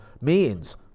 meetings